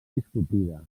discutida